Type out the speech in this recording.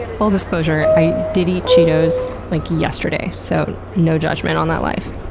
full disclosure, i did eat cheetos, like, yesterday, so no judgement on that life.